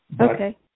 Okay